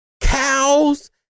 Cows